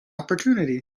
opportunity